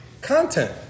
content